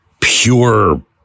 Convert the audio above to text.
pure